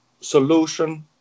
solution